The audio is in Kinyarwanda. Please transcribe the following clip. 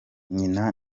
nyina